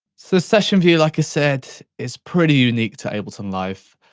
so session view, like i said, is pretty unique to ableton live.